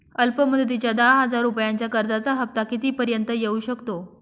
अल्प मुदतीच्या दहा हजार रुपयांच्या कर्जाचा हफ्ता किती पर्यंत येवू शकतो?